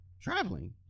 Traveling